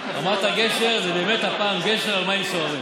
אמרת גשר, הפעם זה באמת גשר על מים סוערים.